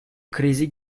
krizi